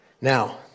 Now